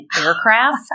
aircraft